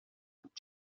took